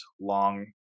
long